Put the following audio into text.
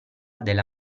della